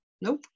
Nope